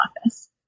Office